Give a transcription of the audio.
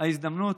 ההזדמנות